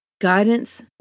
guidance